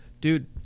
Dude